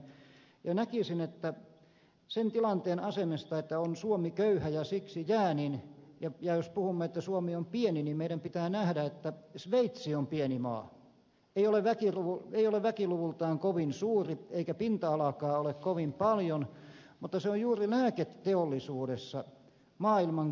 näkisin että sen tilanteen asemesta että on suomi köyhä ja siksi jää ja että puhumme että suomi on pieni meidän pitää nähdä että sveitsi on pieni maa ei ole väkiluvultaan kovin suuri eikä pinta alaakaan ole kovin paljon mutta se on juuri lääketeollisuudessa maailman kärkimaa